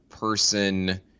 person